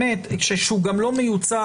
שהוא גם לא מיוצג,